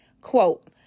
Quote